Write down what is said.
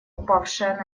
упавшая